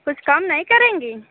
कुछ कम नहीं करेंगी